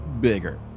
bigger